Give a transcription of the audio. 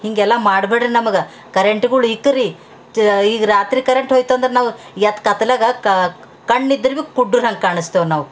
ಹಿಂಗೆಲ್ಲ ಮಾಡಬೇಡ್ರಿ ನಮಗೆ ಕರೆಂಟ್ಗಳು ಇಕ್ರಿ ಕ್ಯ ಈಗ ರಾತ್ರಿ ಕರೆಂಟ್ ಹೋಯ್ತಂದ್ರೆ ನಾವು ಏಟ್ ಕತ್ತಲ್ಯಾಗ ಕಣ್ಣು ಇದ್ರೂ ಕುಡ್ದೋರಂಗೆ ಕಾಣಿಸ್ತೇವೆ ನಾವು